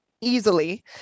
easily